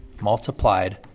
multiplied